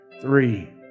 three